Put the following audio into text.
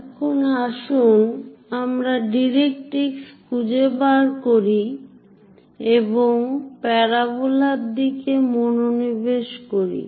এখন আসুন আমরা ডাইরেক্ট্রিক্স খুঁজে বের করি এবং প্যারাবোলার দিকে মনোনিবেশ করি